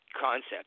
concept